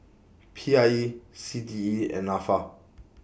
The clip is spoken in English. P I E C T E and Nafa